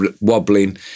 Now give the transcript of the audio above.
wobbling